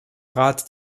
rat